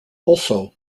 also